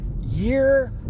year